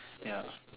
ya